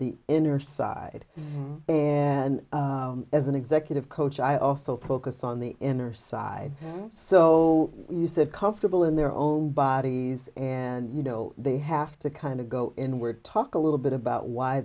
the inner side and as an executive coach i also pocus on the inner side so you sit comfortable in their own bodies and you know they have to kind of go in where talk a little bit about why